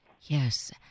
Yes